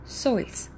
soils